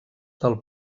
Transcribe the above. del